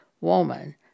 woman